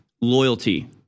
loyalty